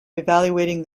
evaluating